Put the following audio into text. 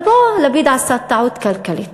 אבל פה לפיד עשה טעות כלכלית.